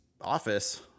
office